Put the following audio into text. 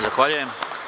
Zahvaljujem.